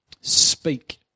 Speak